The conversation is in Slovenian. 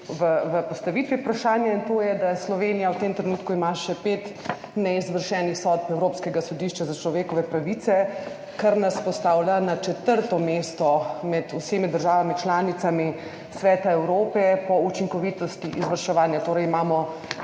v postavitvi vprašanja, in to je, da ima Slovenija v tem trenutku še pet neizvršenih sodb Evropskega sodišča za človekove pravice, kar nas postavlja na četrto mesto med vsemi državami članicami Sveta Evrope po učinkovitosti izvrševanja, torej smo